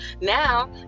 Now